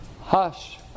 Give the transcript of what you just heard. Hush